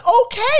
okay